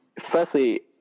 firstly